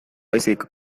baizik